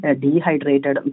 dehydrated